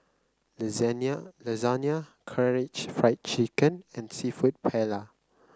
Lasagna Karaage Fried Chicken and seafood Paella